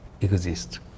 exist